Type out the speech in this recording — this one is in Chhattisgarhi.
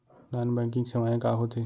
नॉन बैंकिंग सेवाएं का होथे?